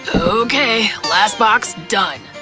okay, last box done!